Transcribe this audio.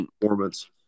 performance